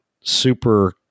super